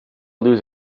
lose